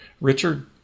richard